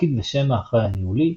תפקיד ושם האחראי הניהולי,